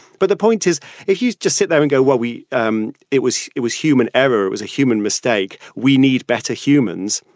but the point is, if you'd just sit there and go where we said um it was, it was human error. it was a human mistake. we need better humans.